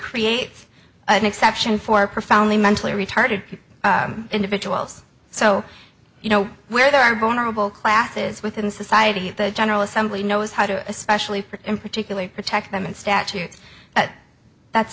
creates an exception for profoundly mentally retarded individuals so you know where there are vulnerable classes within society the general assembly knows how to especially for him particularly protect them and statutes but that's